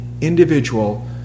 individual